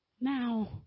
Now